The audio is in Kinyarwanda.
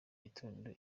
gitondo